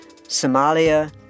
Somalia